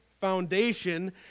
foundation